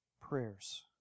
prayers